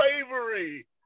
slavery